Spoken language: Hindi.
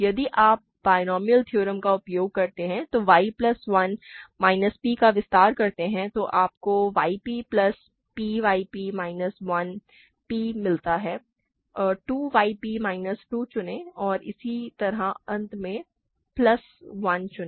यदि आप बिनोमिअल थ्योरम का उपयोग करके y प्लस 1 माइनस p का विस्तार करते हैं तो आपको y p plus p y p minus 1 p मिलता है 2 y p माइनस 2 चुनें और इसी तरह अंत में प्लस 1 चुनें